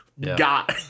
got